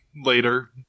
later